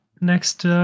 next